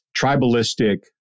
tribalistic